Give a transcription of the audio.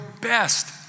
best